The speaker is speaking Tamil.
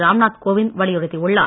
ராம்நாத் கோவிந்த் வலியுறுத்தியுள்ளார்